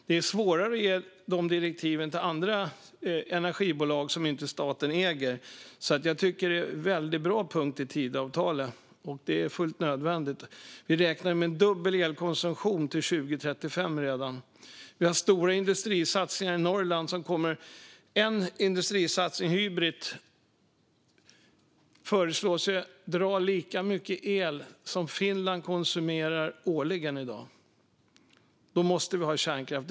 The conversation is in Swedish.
Det är svårare att ge de direktiven till andra energibolag, som inte staten äger. Jag tycker att det är en väldigt bra punkt i Tidöavtalet. Detta är fullt nödvändigt, för vi räknar med en dubbel elkonsumtion redan till 2035. Vi har stora industrisatsningar i Norrland. En av dem, Hybrit, föreslås dra lika mycket el som Finland i dag konsumerar årligen. Då måste vi ha kärnkraft.